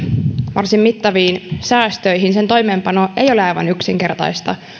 varsin mittaviin säästöihin sen toimeenpano ei ole aivan yksinkertaista